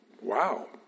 wow